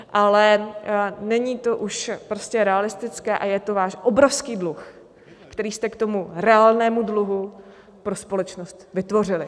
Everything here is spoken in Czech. Ale není to už prostě realistické a je to váš obrovský dluh, který jste k tomu reálnému dluhu pro společnost vytvořili.